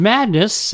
Madness